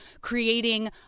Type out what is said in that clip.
creating